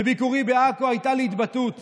בביקורי בעכו הייתה לי התבטאות